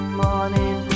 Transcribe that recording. morning